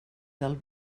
del